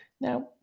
Now